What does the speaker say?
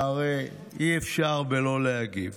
והרי אי-אפשר לא להגיב.